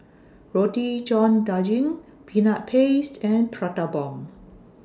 Roti John Daging Peanut Paste and Prata Bomb